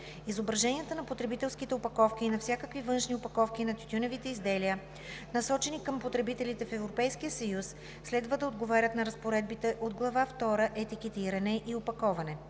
Изображенията на потребителските опаковки и на всякакви външни опаковки на тютюневите изделия, насочени към потребителите в Европейския съюз, следва да отговарят на разпоредбите от Глава II „Етикетиране и опаковане“.